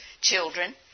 children